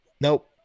Nope